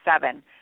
seven